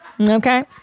okay